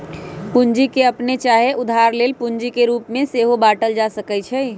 पूंजी के अप्पने चाहे उधार लेल गेल पूंजी के रूप में सेहो बाटल जा सकइ छइ